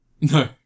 No